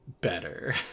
better